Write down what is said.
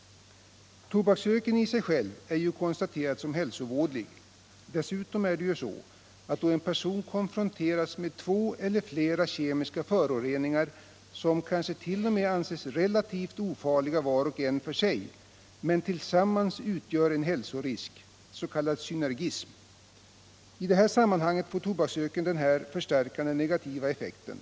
Det har konstaterats att tobaksröken i sig själv är hälsovådlig. Dessutom är det ju så, att då en person konfronteras med två eller flera kemiska föroreningar som kanske anses relativt ofarliga var och en för sig, kan de tillsammans utgöra en hälsorisk, en s.k. synergism. I detta — Nr 28 sammanhang får tobaksröken den här förstärkande negativa effekten.